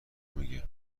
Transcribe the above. میگه